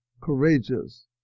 courageous